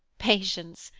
patience!